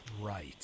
Right